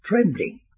trembling